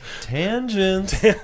Tangent